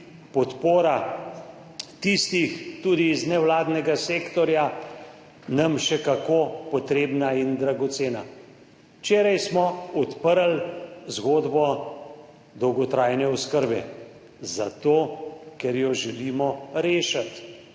podpora tistih, tudi iz nevladnega sektorja, nam še kako potrebna in dragocena. Včeraj smo odprli zgodbo dolgotrajne oskrbe, zato ker jo želimo rešiti.